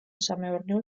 სამეურნეო